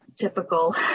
typical